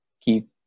keep